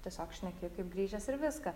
tiesiog šneki kaip grįžęs ir viską